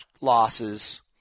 losses